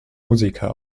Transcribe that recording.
musiker